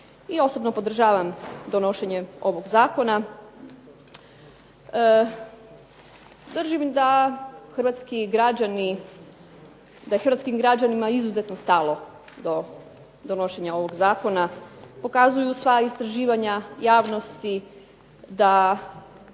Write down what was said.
I osobno podržavam donošenje ovog Zakona. Držim da hrvatski građani, da je hrvatskim građanima izuzetno stalo do donošenja ovog Zakona pokazuju sva istraživanja javnosti da